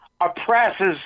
oppresses